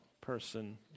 person